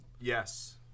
Yes